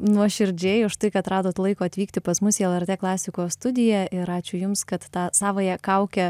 nuoširdžiai už tai kad radot laiko atvykti pas mus į lrt klasikos studiją ir ačiū jums kad tą savąją kaukę